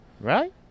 Right